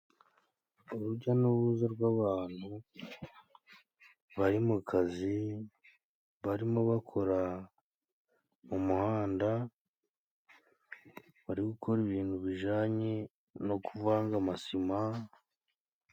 Urujya n'uruza rw'abantu bari mu kazi. Barimo bakora mu muhanda bari gukora ibintu bijanye no kuvanga amasima.